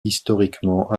historiquement